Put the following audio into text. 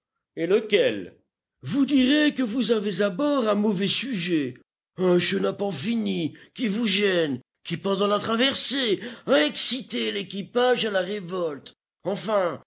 et lequel vous direz que vous avez à bord un mauvais sujet un chenapan fini qui vous gêne qui pendant la traversée a excité l'équipage à la révolte enfin